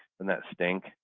and that stink?